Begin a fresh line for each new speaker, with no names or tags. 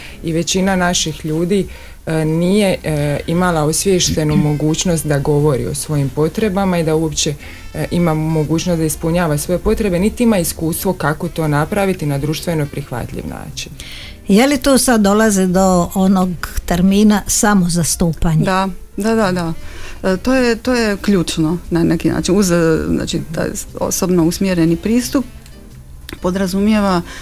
I većina naših ljudi, eh, nije, eh, imala osviještenu mogućnost da govori o svojim potrebama i da uopće, eh, ima mogućnost da ispunjava svoje potrebe, niti ima iskustvo kako to napraviti na društveno prihvatljiv način.
Je li to sad dolaze do onog termina samozastupanje?
Da, da, da, da. E, to je- to je ključno na neki način. Uz, e, znači, taj s- osobno usmjereni pristup podrazumijeva